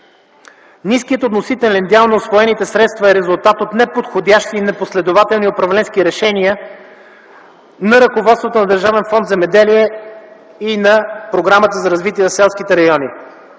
Ниският относителен дял на усвоените средства е резултат от неподходящи и непоследователни управленски решения на ръководството на Държавен фонд „Земеделие” и на Програмата за развитие на селските райони